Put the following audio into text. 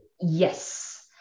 Yes